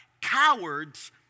cowards